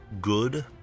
good